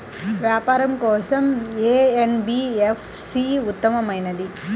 వ్యాపారం కోసం ఏ ఎన్.బీ.ఎఫ్.సి ఉత్తమమైనది?